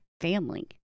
family